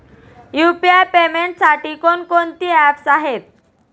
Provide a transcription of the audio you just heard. UPI पेमेंटसाठी कोणकोणती apps आहेत?